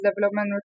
development